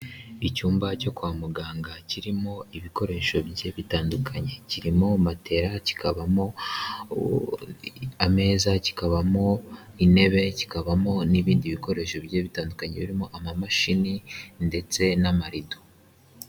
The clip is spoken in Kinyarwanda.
Icyumba cyo kwa muganga kirimo ibikoresho bigiye bitandukanye, kirimo matela kikabamo ameza kikabamo intebe, kikabamo n'ibindi bikoresho bigiye bitandukanye birimo amamashini ndetse n'amarido.